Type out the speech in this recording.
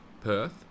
Perth